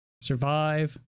Survive